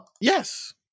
Yes